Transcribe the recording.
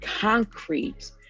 concrete